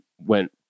went